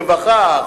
הרווחה,